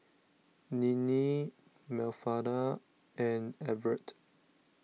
Ninnie Mafalda and Everet